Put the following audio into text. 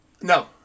No